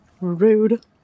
Rude